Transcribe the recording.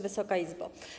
Wysoka Izbo!